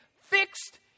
fixed